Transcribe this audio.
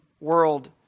world